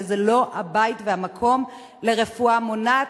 וזה לא הבית והמקום לרפואה מונעת,